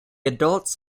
adults